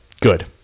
good